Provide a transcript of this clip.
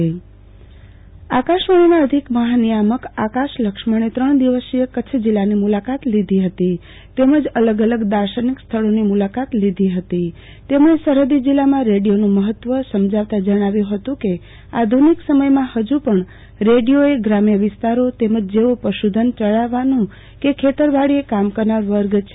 આરતીબેન ભદ્દ આકાશવાણી અધિક મહાનિયામક મુલાકાત આકાશવાણીના અધિક મહાનિયામક આકાશ લક્ષ્મણે ત્રણ દિવસીય કચ્છ જિલ્લાની મુલાકાત લીધી હતી અને જિલ્લાના અલગ અલગ સ્થળોની મુલાકાત લીધી હતી તેમજ સરહદી જિલ્લામાં રેડિયોનું મહત્વ સમજાવતા જણાવ્યુ હતું કે આધુનિક સમયમાં હજુપણ રેડિયોએ ગ્રામ્ય વિસ્તારોતેમજ જેઓ પશુધન ચરાવવાનું કે ખેતસ વાડીએ કામ કરનાર વર્ગ છે